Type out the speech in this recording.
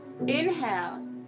Inhale